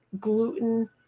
gluten